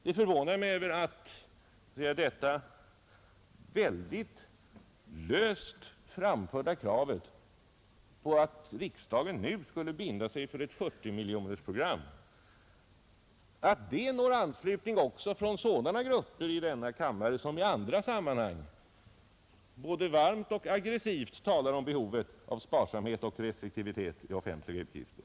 Det förvånar mig att det mycket löst framförda kravet på att riksdagen nu skulle binda sig för ett 40-miljonersprogram vinner anslutning också hos sådana grupper i denna kammare, som i andra sammanhang både varmt och aggressivt talar om behovet av sparsamhet och restriktivitet i fråga om offentliga utgifter.